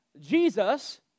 Jesus